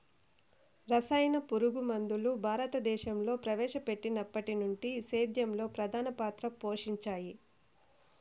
రసాయన పురుగుమందులు భారతదేశంలో ప్రవేశపెట్టినప్పటి నుండి సేద్యంలో ప్రధాన పాత్ర పోషించాయి